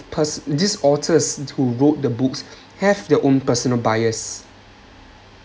pers~ this authors who wrote the books have their own personal bias